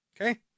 Okay